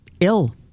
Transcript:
ill